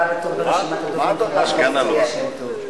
הבאה בתור ברשימת הדוברים, חברת הכנסת ליה שמטוב.